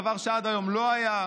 דבר שעד היום לא היה.